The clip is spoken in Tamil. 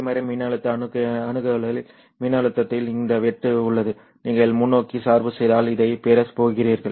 நேர்மறை மின்னழுத்த அணுகலில் மின்னழுத்தத்தில் இந்த வெட்டு உள்ளது நீங்கள் முன்னோக்கி சார்பு செய்தால் இதைப் பெறப் போகிறீர்கள்